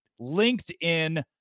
LinkedIn